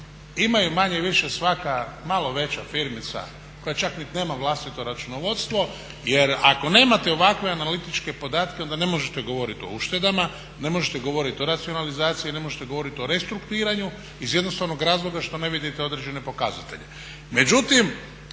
imaju manje-više svaka malo veća firmica koja čak nit nema vlastito računovodstvo jer ako nemate ovakve analitičke podatke onda ne možete govoriti o uštedama, ne možete govoriti o racionalizaciji, ne možete govoriti o restrukturiranju iz jednostavnog razloga što ne vidite određene pokazatelje.